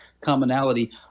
commonality